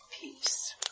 peace